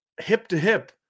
hip-to-hip